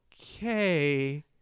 okay